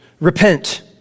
repent